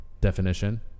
Definition